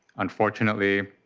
unfortunately,